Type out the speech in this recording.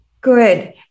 Good